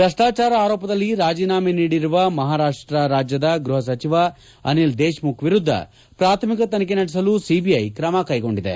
ಭ್ರಷ್ನಾಚಾರ ಆರೋಪದಲ್ಲಿ ರಾಜೀನಾಮೆ ನೀಡಿರುವ ಮಹಾರಾಷ್ಷ ರಾಜ್ಯದ ಗ್ರಹಸಚಿವ ಅನಿಲ್ ದೇಶ್ಮುಖ್ ವಿರುದ್ದ ಪ್ರಾಥಮಿಕ ತನಿಖೆ ನಡೆಸಲು ಸಿಬಿಐ್ ಕಮಕ್ಕೆಗೊಂಡಿದೆ